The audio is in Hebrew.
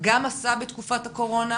גם עשה בתקופת הקורונה,